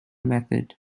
method